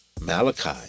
Malachi